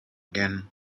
again